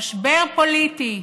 במשבר פוליטי,